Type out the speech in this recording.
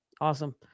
Awesome